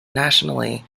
nationally